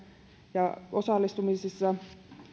ja osallistumisissa